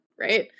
Right